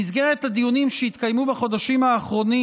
במסגרת הדיונים שהתקיימו בחודשים האחרונים